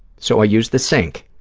so i used the sink.